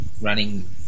running